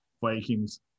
Vikings